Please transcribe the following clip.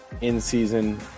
in-season